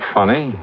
Funny